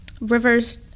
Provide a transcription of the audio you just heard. Rivers